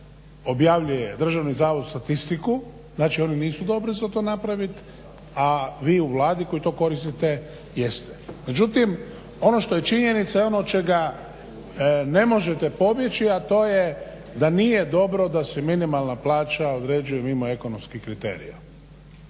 objavljuje Državni zavod za statistiku, znači oni nisu dobri za to napraviti. A vi u Vladi koji to koristite, jeste. Međutim ono što je činjenica je ono čega ne možete pobjeći a to je da nije dobro da se minimalna plaća određuje mimo ekonomskih kriterija.